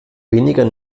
weniger